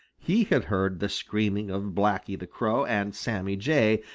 he had heard the screaming of blacky the crow and sammy jay,